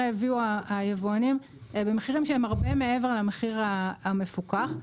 הביאו היבואנים במחירים שהם הרבה מעבר למחיר המפוקח.